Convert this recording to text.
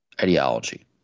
ideology